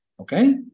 okay